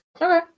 Okay